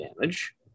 damage